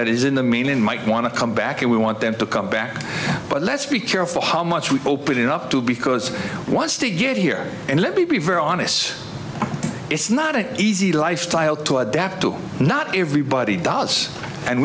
that is in the main in might want to come back and we want them to come back but let's be careful how much we open it up too because once to get here and let me be very honest it's not an easy lifestyle to adapt to not everybody does and